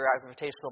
gravitational